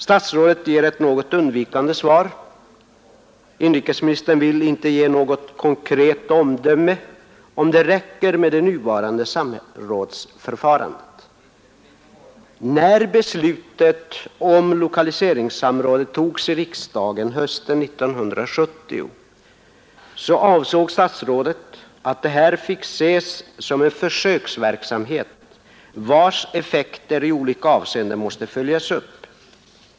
Statsrådet ger ett något undvikande svar; inrikesministern vill inte ge ett konkret omdöme om det räcker med det nuvarande samrådsförfarandet. När beslutet om lokaliseringsområdet togs i riksdagen hösten 1970 ansåg statsrådet att detta fick ses som en försöksverksamhet vars effekter i olika avseenden måste följas upp.